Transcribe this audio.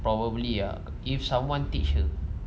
probably ah if someone teach her